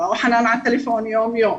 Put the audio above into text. וופא וחנאן בטלפון יום יום.